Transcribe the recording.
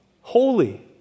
Holy